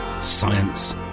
science